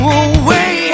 away